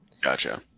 Gotcha